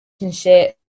relationship